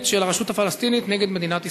של הרשות הפלסטינית נגד מדינת ישראל?